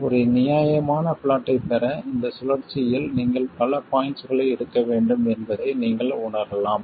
ஒரு நியாயமான பிளாட்டைப் பெற இந்த சுழற்சியில் நீங்கள் பல பாய்ண்ட்ஸ்களை எடுக்க வேண்டும் என்பதை நீங்கள் உணரலாம்